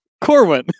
Corwin